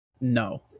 No